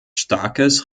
starkes